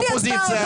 עלתה שאלה,